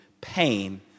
pain